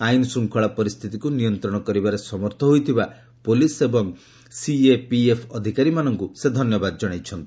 ଆଇନଶୃଙ୍ଖଳା ପରିସ୍ଥିତିକୁ ନିୟନ୍ତ୍ରଣ କରିବାରେ ସମର୍ଥ ହୋଇଥିବା ପୋଲିସ୍ ଏବଂ ସିଏପିଏଫ୍ ଅଧିକାରୀମାନଙ୍କୁ ସେ ଧନ୍ୟବାଦ ଜଣାଇଛନ୍ତି